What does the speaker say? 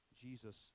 Jesus